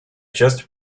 just